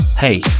Hey